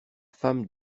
femme